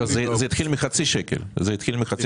זה התחיל מחצי שקל.